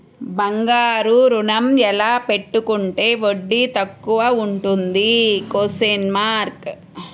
బంగారు ఋణం ఎలా పెట్టుకుంటే వడ్డీ తక్కువ ఉంటుంది?